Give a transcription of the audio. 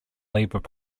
labour